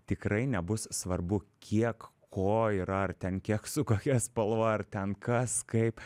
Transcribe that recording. tikrai nebus svarbu kiek ko yra ar ten kiek su kokia spalva ar ten kas kaip